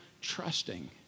trusting